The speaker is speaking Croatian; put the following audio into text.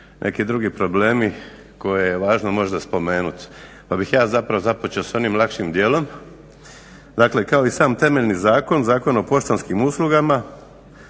neki drugi problemi koje je važno možda spomenuti. Pa bih ja zapravo započeo sa onim lakšim dijelom. Dakle, kao i sam temeljni zakon Zakon o poštanskim uslugama,